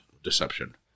deception